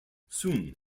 sun